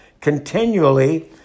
continually